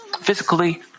physically